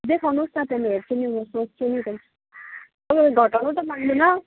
देखाउनुहोस् न त्यहाँदेखि हेर्छु नि म सोध्छु नि त्यहाँ तपाईँले घटाउनु त मान्दैन